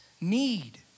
need